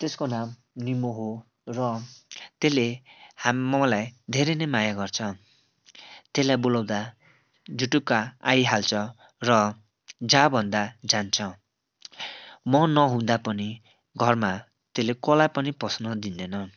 त्यसको नाम निमो हो र त्यसले हाम् मलाई धेरै नै माया गर्छ त्यसलाई बोलाउँदा जुटुक्का आइहाल्छ र जा भन्दा जान्छ म नहुँदा पनि घरमा त्यसले कसलाई पनि पस्न दिँदैन